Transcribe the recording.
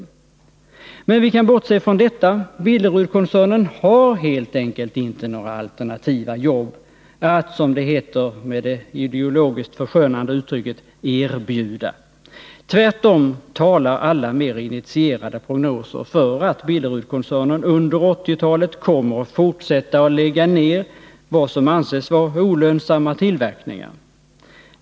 Men vi kan bortse från detta. Billerudkoncernen har helt enkelt inte några alternativa jobb att — som det heter med det ideologiskt förskönande uttrycket — erbjuda. Tvärtom talar alla mer initierade prognoser för att Billerudkoncernen under 1980-talet kommer att fortsätta att lägga ner vad som anses vara olönsamma tillverkningar.